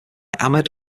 ahmed